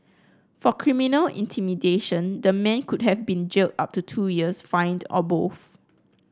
for criminal intimidation the man could have been jailed up to two years fined or both